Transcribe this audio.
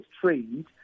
trained